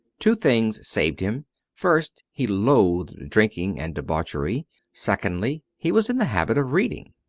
two things saved him first, he loathed drinking and debauchery secondly, he was in the habit of reading.